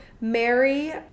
Mary